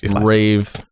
rave